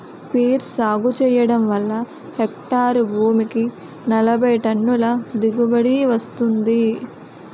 peer సాగు చెయ్యడం వల్ల హెక్టారు భూమికి నలబైటన్నుల దిగుబడీ వస్తుంది